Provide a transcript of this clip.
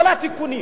כל התיקונים